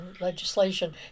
legislation